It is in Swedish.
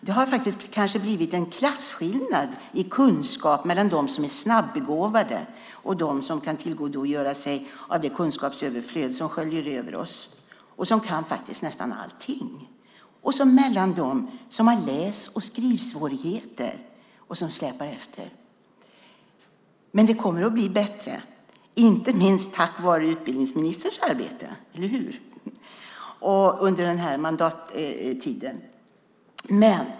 Det har kanske blivit en klasskillnad i kunskap mellan dem som är snabbegåvade, kan tillgodogöra sig av det kunskapsöverflöd som sköljer över oss och kan nästan allting och dem som har läs och skrivsvårigheter och släpar efter. Men det kommer att bli bättre, inte minst tack vare utbildningsministerns arbete - eller hur? - under den här mandattiden.